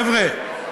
חבר'ה,